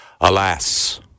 Alas